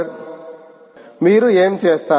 నువ్వు ఏమి చేస్తావు